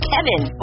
Kevin